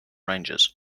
ranges